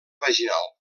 vaginal